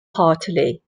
heartily